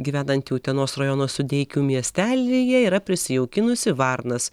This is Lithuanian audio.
gyvenanti utenos rajono sudeikių miestelyje yra prisijaukinusi varnas